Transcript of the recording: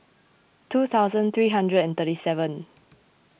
two thousand three hundred and thirty seven